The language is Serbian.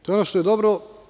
To je ono što je dobro.